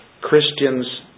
Christians